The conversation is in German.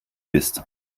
bist